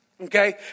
Okay